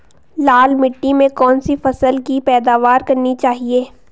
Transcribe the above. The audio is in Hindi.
लाल मिट्टी में कौन सी फसल की पैदावार करनी चाहिए?